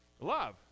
love